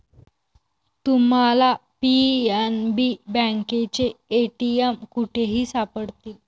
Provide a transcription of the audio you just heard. तुम्हाला पी.एन.बी बँकेचे ए.टी.एम कुठेही सापडतील